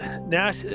Nash